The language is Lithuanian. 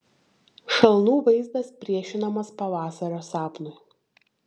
šalnų vaizdas priešinamas pavasario sapnui